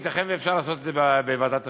ייתכן שאפשר לעשות את זה בוועדת החינוך.